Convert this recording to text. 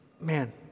man